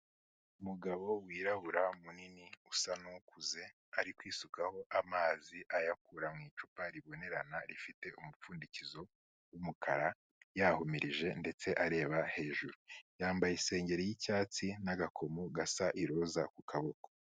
Umugabo wirabura munini usa n'ukuze, ari kwisukaho amazi ayakura mu icupa ribonerana rifite umupfundikizo w'umukara, yahumirije ndetse areba hejuru. Yambaye isengeri y'icyatsi n'agakomo gasa iroza ku kaboko.